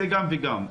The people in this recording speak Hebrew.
זה גם וגם.